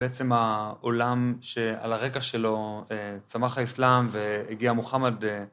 בעצם העולם שעל הרקע שלו צמח האסלאם והגיע מוחמד.